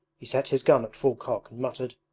he set his gun at full cock and muttered